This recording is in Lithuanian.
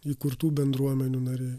įkurtų bendruomenių nariai